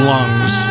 Lungs